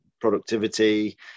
productivity